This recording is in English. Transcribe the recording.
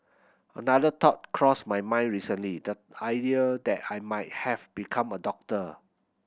another thought crossed my mind recently that idea that I might have become a doctor